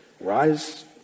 Rise